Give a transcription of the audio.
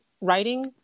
writing